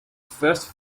first